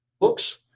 books